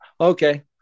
Okay